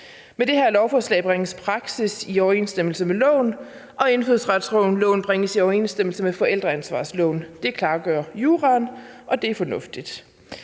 Med det her lovforslag bringes praksis i overensstemmelse med loven, og indfødsretsloven bringes i overensstemmelse med forældreansvarsloven. Det klargør juraen, og det er fornuftigt.